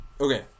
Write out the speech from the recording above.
Okay